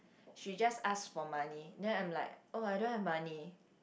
she just ask for money then I'm like oh I don't have money